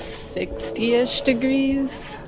sixty ah degrees.